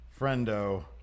friendo